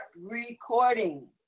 recording